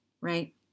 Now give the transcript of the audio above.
right